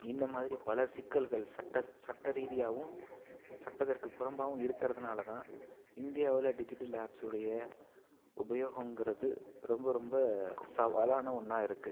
இந்தமாதிரி பல சிக்கல்கள் சட்ட சட்டரீதியாகவும் சட்டதற்கு புறம்பாகவும் இருக்கிறதனாலதான் இந்தியாவில் டிஜிட்டல் ஆப்ஸ்னுடைய உபயோகம்ங்கறது ரொம்ப ரொம்ப சவாலான ஒன்றாருக்கு